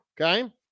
Okay